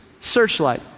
searchlight